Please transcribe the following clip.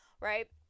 right